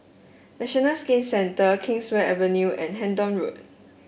National Skin Centre Kingswear Avenue and Hendon Road